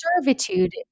servitude